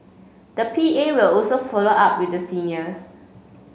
the P A will also follow up with the seniors